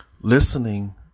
listening